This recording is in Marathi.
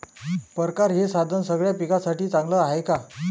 परकारं हे साधन सगळ्या पिकासाठी चांगलं हाये का?